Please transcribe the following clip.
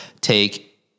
take